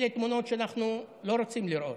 אלה תמונות שאנחנו לא רוצים לראות.